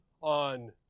on